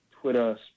Twitter